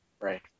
Right